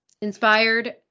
inspired